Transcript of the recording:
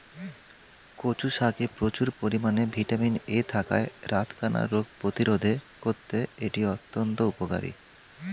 কচু শাকে প্রচুর পরিমাণে ভিটামিন এ থাকায় রাতকানা রোগ প্রতিরোধে করতে এটি অত্যন্ত উপকারী